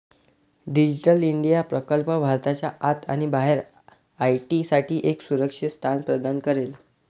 digital India प्रकल्प भारताच्या आत आणि बाहेर आय.टी साठी एक सुरक्षित स्थान प्रदान करेल